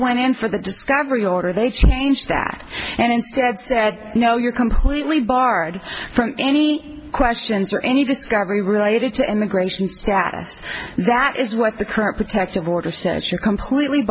went in for the discovery order they changed that and instead said no you're completely barred from any questions or any discovery related to immigration status that is what the current protective order says you're completely